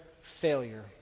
failure